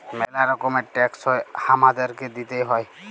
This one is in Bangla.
ম্যালা রকমের ট্যাক্স হ্যয় হামাদেরকে দিতেই হ্য়য়